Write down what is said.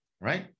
right